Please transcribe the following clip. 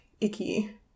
icky